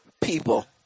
people